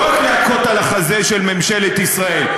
לא רק להכות על החזה של ממשלת ישראל,